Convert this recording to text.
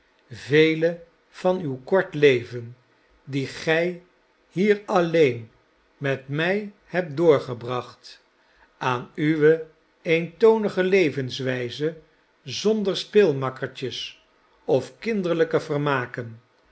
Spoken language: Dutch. vele van uw kort leven die gij hier alleen met mij hebt doorgebracht aan uwe eentonige levenswijze zonder speelmakkertjes of kinderlijke vermaken